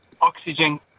oxygen